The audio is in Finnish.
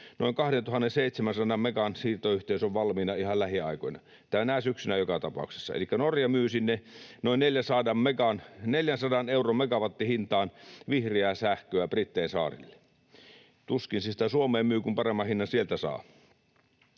noin 2 700 megan siirtoyhteys valmiina ihan lähiaikoina, tänä syksynä joka tapauksessa. Elikkä Norja myy noin 400 euron megawattihintaan vihreää sähköä Brittein saarille. Tuskin se sitä Suomeen myy, kun paremman hinnan sieltä saa.